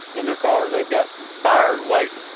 in their cars, they've got buyers waiting.